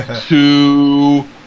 Two